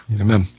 Amen